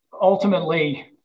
ultimately